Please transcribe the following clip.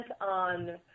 on